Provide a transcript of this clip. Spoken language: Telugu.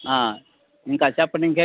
ఇంకా చెప్పండి ఇంకేం